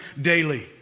daily